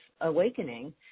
awakening